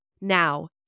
Now